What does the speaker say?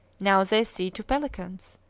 now they see two pelicans,